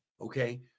Okay